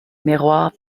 miroir